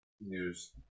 news